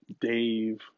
Dave